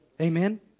Amen